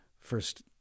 first